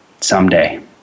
someday